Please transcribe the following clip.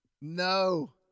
No